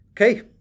Okay